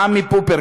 עמי פופר,